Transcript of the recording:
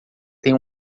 tem